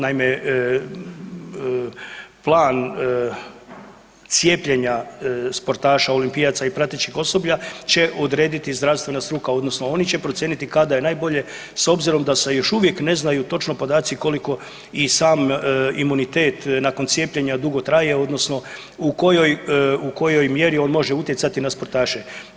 Naime, plan cijepljenje sportaša olimpijaca i pratećeg osoblja će odrediti zdravstvena struka odnosno oni će procijeniti kada je najbolje s obzirom da se još uvijek ne znaju točno podaci koliko i sam imunitet nakon cijepljenja dugo traje odnosno u kojoj mjeri on može utjecati na sportaše.